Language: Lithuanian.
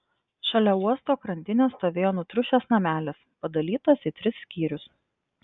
šalia uosto krantinės stovėjo nutriušęs namelis padalytas į tris skyrius